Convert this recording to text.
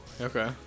okay